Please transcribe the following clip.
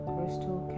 Crystal